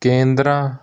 ਕੇਂਦਰਾਂ